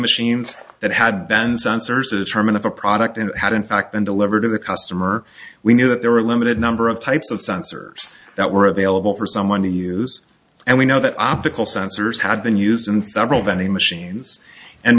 machines that had then sensors a term of a product and had in fact been delivered to the customer we knew that there were a limited number of types of sensors that were available for someone to use and we know that optical sensors had been used in several vending machines and